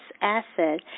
asset